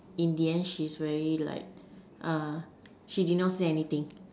in the end she's very like err she did not say anything